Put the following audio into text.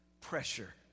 pressure